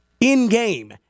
in-game